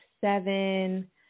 seven